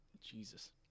Jesus